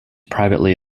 privately